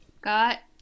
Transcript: got